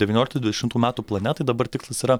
devynioliktų dvidešimtų metų plane tai dabar tikslas yra